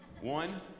One